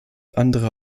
andere